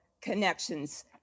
connections